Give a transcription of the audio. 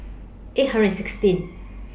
eight hundred and sixteen